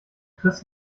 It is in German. chris